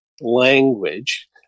language